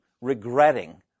regretting